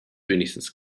wenigstens